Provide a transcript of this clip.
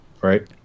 Right